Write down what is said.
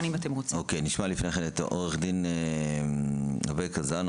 נשמע את עורך הדין אווקה זנה,